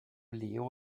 leo